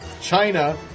China